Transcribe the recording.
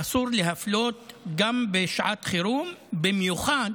ואסור להפלות גם בשעת חירום, במיוחד